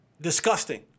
disgusting